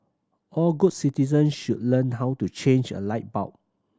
all good citizens should learn how to change a light bulb